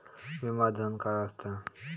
विमा धन काय असता?